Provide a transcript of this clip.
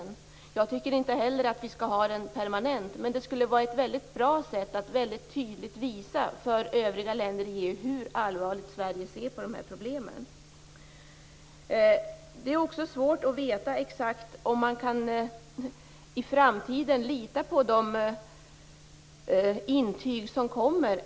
Inte heller jag tycker att vi permanent skall ha en sådan, men det skulle vara ett bra sätt att väldigt tydligt för övriga länder i EU visa hur allvarligt Sverige ser på de här problemen. Det är också svårt att veta om man i framtiden helt kommer att kunna lita på de intyg som kommer.